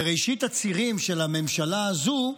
וראשית הצירים של הממשלה הזו,